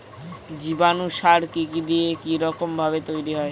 জীবাণু সার কি কি দিয়ে কি রকম ভাবে তৈরি হয়?